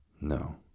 No